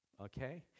Okay